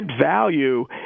value